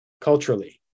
culturally